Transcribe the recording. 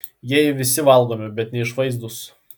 jieji visi valgomi bet neišvaizdūs